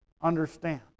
understand